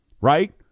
right